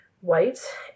white